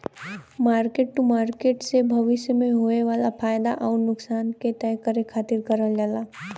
mark to market से भविष्य में होये वाला फयदा आउर नुकसान क तय करे खातिर करल जाला